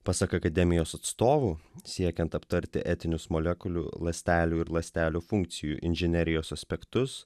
pasak akademijos atstovų siekiant aptarti etinius molekulių ląstelių ir ląstelių funkcijų inžinerijos aspektus